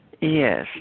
Yes